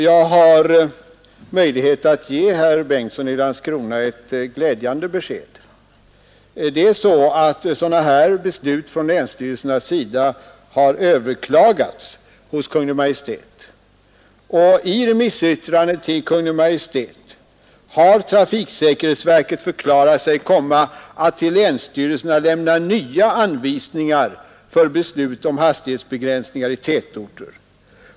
Jag har möjlighet att ge herr Bengtsson i Landskrona ett glädjande besked. Sådana här beslut från länsstyrelsernas sida har överklagats hos Kungl. Maj:t, och i remissyttrandet till Kungl. Maj:t har trafiksäkerhetsverket förklarat sig komma att till länsstyrelserna lämna nya anvisningar för beslut om hastighetsbegränsningar i tätorter.